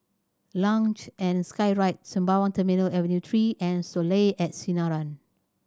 Luge and Skyride Sembawang Terminal Avenue Three and Soleil at Sinaran